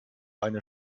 eine